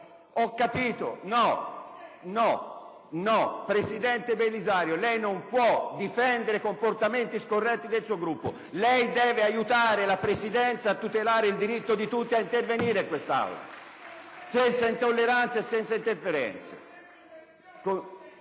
sempre! PRESIDENTE. Presidente Belisario, lei non può difendere i comportamenti scorretti dei senatori del suo Gruppo. Lei deve aiutare la Presidenza a tutelare il diritto di tutti ad intervenire in quest'Aula, senza intolleranze e senza interferenze.